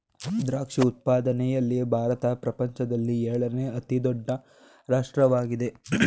ದ್ರಾಕ್ಷಿ ಉತ್ಪಾದನೆಯಲ್ಲಿ ಭಾರತ ಪ್ರಪಂಚದಲ್ಲಿ ಏಳನೇ ಅತಿ ದೊಡ್ಡ ರಾಷ್ಟ್ರವಾಗಿದೆ